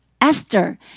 Esther